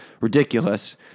ridiculous